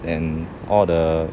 and all the